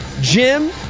Jim